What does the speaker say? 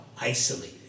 isolated